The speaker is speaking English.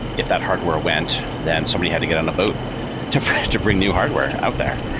if that hardware went then somebody had to get on a boat to to bring new hardware out there.